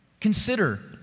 consider